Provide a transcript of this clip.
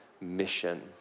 mission